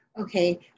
okay